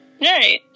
Right